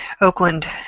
Oakland